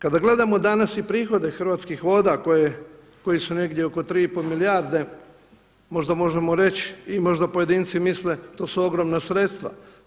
Kada gledamo danas i prihode Hrvatskih voda koji su negdje oko 3 i pol milijarde, možda možemo reći i možda pojedinci misle to su ogromna sredstva.